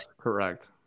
correct